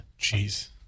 jeez